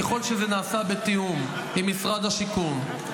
ככל שזה נעשה בתיאום עם משרד השיכון,